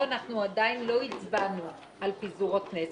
אנחנו עדיין לא הצבענו על פיזור הכנסת,